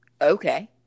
Okay